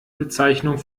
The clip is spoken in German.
bezeichnung